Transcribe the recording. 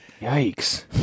Yikes